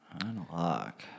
Unlock